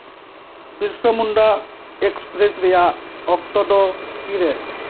Birsa Munda express ᱨᱮᱭᱟᱜ ᱚᱠᱛᱚ ᱫᱚ ᱛᱤᱨᱮ